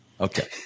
okay